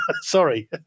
sorry